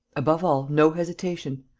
above all, no hesitation.